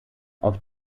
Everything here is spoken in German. auf